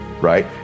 right